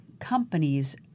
companies